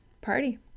Party